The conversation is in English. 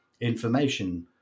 information